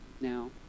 Now